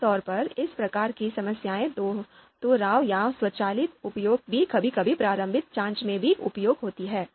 आमतौर पर इस प्रकार की समस्याएं दोहराव या स्वचालित उपयोग या कभी कभी प्रारंभिक जांच में भी उपयोगी होती हैं